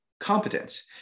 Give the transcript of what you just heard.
Competence